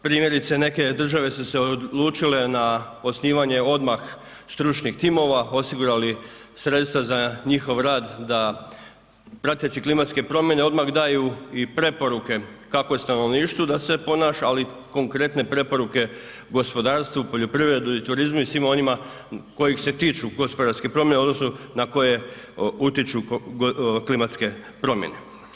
Primjerice neke države su se odlučile na osnivanje odmah stručnih timova, osigurali sredstva za njihov rad da prateći klimatske promjene odmah daju i preporuke kako i stanovništvu da se ponaša, ali i konkretne preporuke gospodarstvu, poljoprivredi i turizmu i svim onima kojih se tiču gospodarske promjene odnosno na koje utječu klimatske promjene.